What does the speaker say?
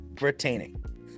retaining